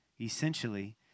Essentially